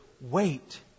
Wait